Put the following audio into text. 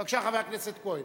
בבקשה, חבר הכנסת כהן.